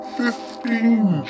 fifteen